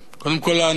קודם כול לאנשים,